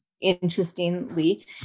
interestingly